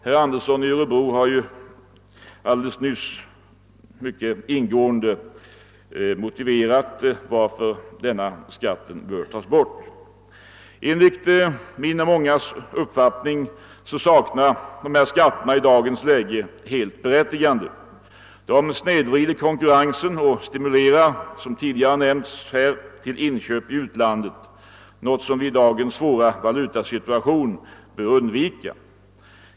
Herr Andersson i Örebro har ju nyss mycket ingående redovisat skälen till att denna skatt bör tas bort. Enligt min och mångas uppfattning saknar denna skatt i dagens läge helt berättigande. Den snedvrider konkurrensen och stimulerar, som tidigare nämnts, till inköp i utlandet, något som vi i dagens svåra valutasituation bör undvika.